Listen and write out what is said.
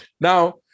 now